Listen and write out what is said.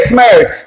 marriage